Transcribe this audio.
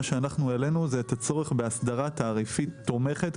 מה שאנחנו העלנו זה את הצורך באסדרה תעריפית תומכת,